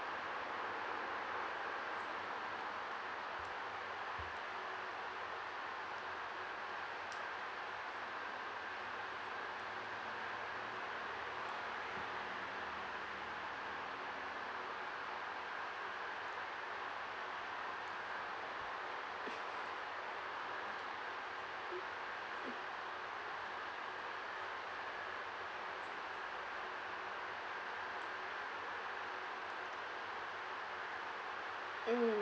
mm